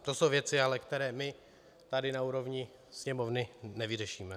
To jsou věci ale, které my tady na úrovni Sněmovny nevyřešíme.